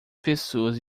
pessoas